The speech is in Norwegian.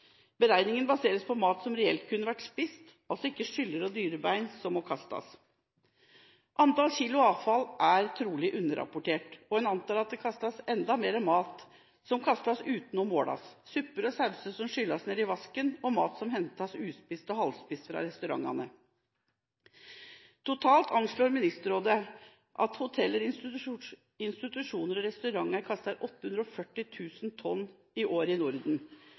Beregningen baseres på mat som reelt kunne vært spist – altså ikke skyller og dyrebein, som må kastes. Antall kilo avfall er trolig underrapportert. En antar at det kastes enda mer mat – mat som kastes uten å måles, supper og sauser som skylles ned i vasken, og mat som hentes uspist og halvspist fra restaurantene. Totalt anslår Ministerrådet at hoteller, institusjoner og restauranter kaster 840 000 tonn i året i Norden.